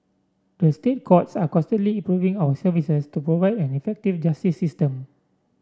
the State Courts are constantly improving our services to provide an effective justice system